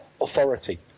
authority